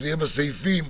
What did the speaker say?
כשנהיה בסעיפים,